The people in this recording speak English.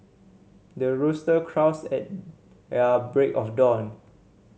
the rooster crows at their break of dawn